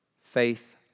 faith